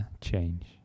change